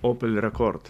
opel rekord